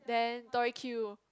then Tori-Q